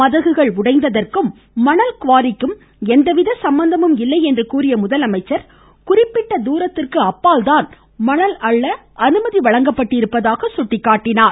மதகுகள் உடைந்ததற்கும் மணல் குவாரிக்கும் எந்தவித சம்மந்தமும் இல்லை என்று கூறிய முதலமைச்சர் குறிப்பிட்ட தூரத்திற்கு அப்பால்தான் மணல் அள்ள அனுமதி வழங்கப்பட்டிருப்பதாக சுட்டிக்காட்டினார்